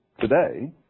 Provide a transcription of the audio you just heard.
today